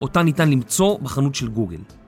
אותה ניתן למצוא בחנות של גוגל.